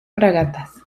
fragatas